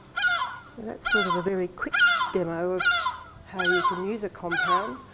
that's sort of a very quick demo of how you can use a compound,